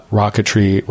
rocketry